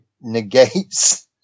negates